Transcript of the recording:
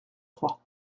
trois